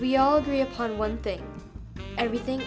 we all agree upon one thing everything